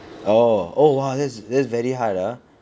oh oh !wah! that's that's very hard ah